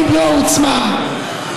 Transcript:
במלוא העוצמה,